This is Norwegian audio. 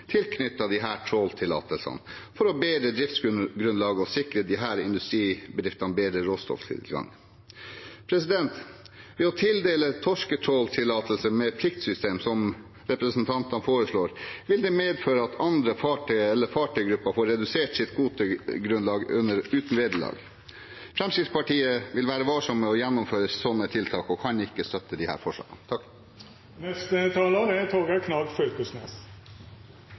tråltillatelsene for å bedre driftsgrunnlaget og sikre disse industribedriftene bedre råstofftilgang. Å tildele torsketråltillatelse med et pliktsystem, som representantene foreslår, vil medføre at andre fartøyer eller fartøygrupper får redusert sitt kvotegrunnlag uten vederlag. Fremskrittspartiet vil være varsom med å gjennomføre sånne tiltak og kan ikke støtte disse forslagene.